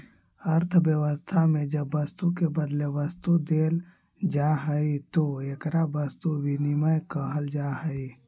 अर्थव्यवस्था में जब वस्तु के बदले वस्तु देल जाऽ हई तो एकरा वस्तु विनिमय कहल जा हई